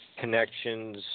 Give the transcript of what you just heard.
connections